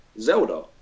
Zelda